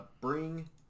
Bring